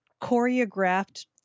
choreographed